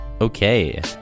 Okay